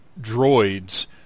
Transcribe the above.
droids